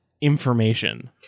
information